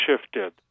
shifted